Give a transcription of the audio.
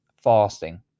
fasting